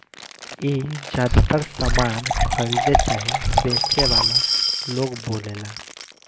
ई ज्यातर सामान खरीदे चाहे बेचे वाला लोग बोलेला